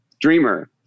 dreamer